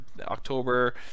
October